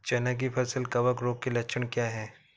चना की फसल कवक रोग के लक्षण क्या है?